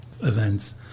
events